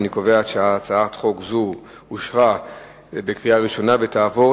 אני קובע שהצעת חוק זו אושרה בקריאה ראשונה ותעבור